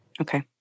Okay